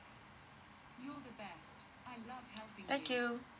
thank you